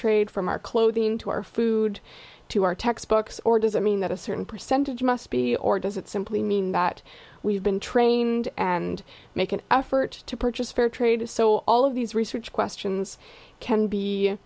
trade from our clothing to our food to our textbooks or does it mean that a certain percentage must be or does it simply mean that we've been trained and make an effort to purchase fair trade to so all of these research questions can be